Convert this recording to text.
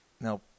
Now